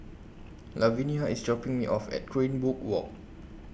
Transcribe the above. Lavenia IS dropping Me off At Greenwood Walk